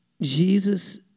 Jesus